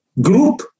group